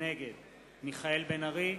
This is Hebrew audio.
נגד מיכאל בן-ארי,